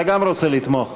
אתה גם רוצה לתמוך?